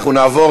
אנחנו נעבור,